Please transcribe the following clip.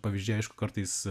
pavyzdžiai aišku kartais